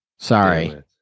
Sorry